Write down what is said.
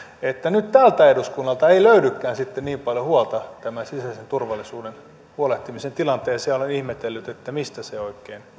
että nyt tältä eduskunnalta ei löydykään sitten niin paljon huolta sisäisen turvallisuuden huolehtimisen tilanteeseen olen ihmetellyt mistä se oikein